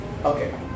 Okay